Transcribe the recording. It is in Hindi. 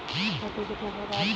खेती कितने प्रकार की होती है?